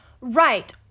Right